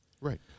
Right